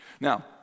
Now